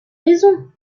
raison